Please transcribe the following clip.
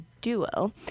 duo